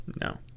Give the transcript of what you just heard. No